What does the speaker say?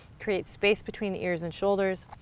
create space between the ears and shoulders,